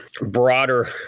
broader